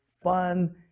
fun